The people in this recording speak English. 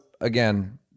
again